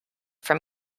from